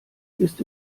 ist